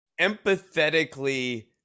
empathetically